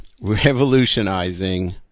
revolutionizing